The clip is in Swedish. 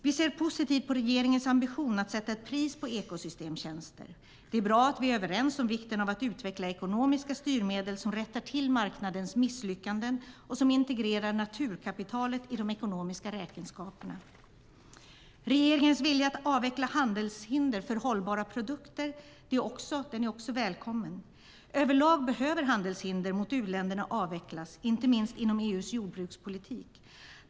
Vi ser positivt på regeringens ambition att sätta ett pris på ekosystemstjänster. Det är bra att vi är överens om vikten av att utveckla ekonomiska styrmedel som rättar till marknadens misslyckanden och integrerar naturkapitalet i de ekonomiska räkenskaperna. Regeringens vilja att avveckla handelshinder för hållbara produkter är också välkommen. Överlag behöver handelshinder mot u-länderna avvecklas, inte minst inom EU:s jordbrukspolitik.